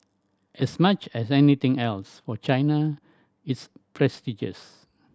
as much as anything else for China it's prestigious